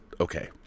okay